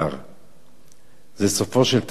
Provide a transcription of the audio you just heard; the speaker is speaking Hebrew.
זה סופו של תהליך ארוך